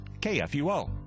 KFUO